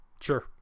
Sure